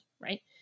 right